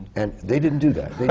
and they didn't do that.